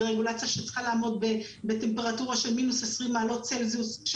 ברגולציה שצריכה לעמוד בטמפרטורה של מינוס 20 מעלות צלזיוס,